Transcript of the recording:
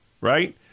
right